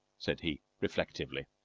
said he, reflectively.